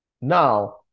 Now